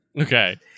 Okay